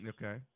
Okay